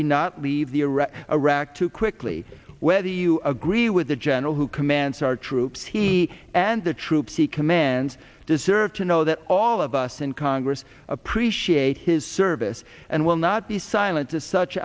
we not leave the iraqi iraq too quickly whether you agree with the general who commands our troops he and the troops he commands deserve to know that all of us in congress appreciate his service and will not be silent to such